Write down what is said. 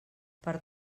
per